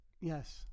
Yes